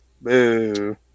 Boo